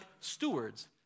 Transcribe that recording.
stewards